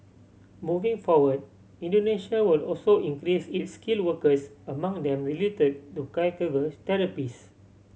moving forward Indonesia will also increase its skilled workers among them related to caregivers therapists